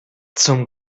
zum